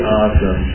awesome